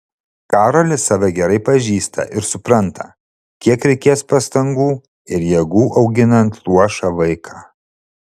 karolis save gerai pažįsta ir supranta kiek reikės pastangų ir jėgų auginant luošą vaiką